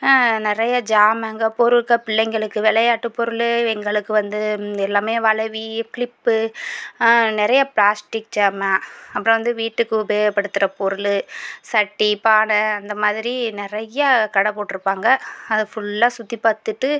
நிறைய சாமான்கள் பொருட்கள் பிள்ளைங்களுக்கு விளையாட்டு பொருள் எங்களுக்கு வந்து எல்லாமே வளைவி கிளிப் நிறைய பிளாஸ்டிக் ஜாமான் அப்புறம் வந்து வீட்டுக்கு உபயோக படுத்துற பொருள் சட்டி பானை அந்த மாதிரி நிறைய கடை போட்டு இருப்பாங்க அதை ஃபுல்லாக சுற்றி பார்த்துட்டு